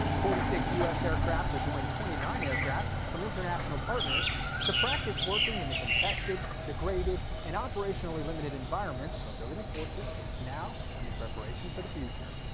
forty six u s. aircraft will join twenty nine aircraft from international partners to practice working in the contested, degraded, and operationally limited environments mobility forces face now and in preparation for the future.